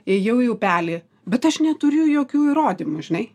ėjau į upelį bet aš neturiu jokių įrodymų žinai